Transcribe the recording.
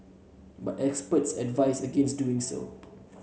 but experts advise against doing so